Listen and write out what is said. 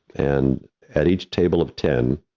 and at each table of ten,